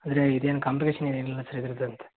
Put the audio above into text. ಇದೆ ಇದೇನು ಕಾಂಪ್ಲಿಕೇಶನ್ ಏನಿಲ್ಲ ಸರ್ ಇದ್ರದಂತ